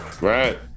Right